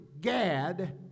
Gad